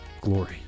glory